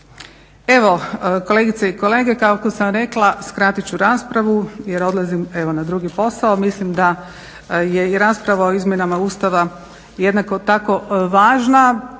Evo kolegice i kolege, kako sam rekla skratit ću raspravu jer odlazim na drugi posao, mislim da je i rasprava o izmjenama Ustava jednako tako važna